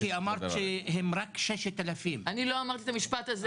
כי אמרת שהם רק 6,000. אני לא אמרתי את המשפט הזה.